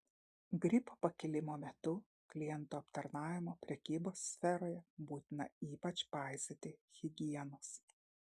gripo pakilimo metu klientų aptarnavimo prekybos sferoje būtina ypač paisyti higienos